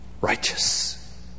righteous